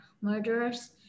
murderers